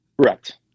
Correct